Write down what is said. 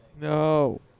No